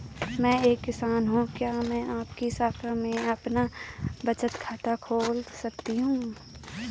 मैं एक किसान हूँ क्या मैं आपकी शाखा में अपना बचत खाता खोल सकती हूँ?